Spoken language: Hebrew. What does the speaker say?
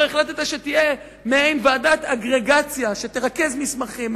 החלטת שתהיה מעין ועדת אגרגציה שתרכז מסמכים,